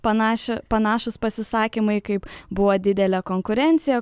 panašią panašūs pasisakymai kaip buvo didelė konkurencija